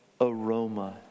aroma